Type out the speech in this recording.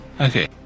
Okay